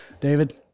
David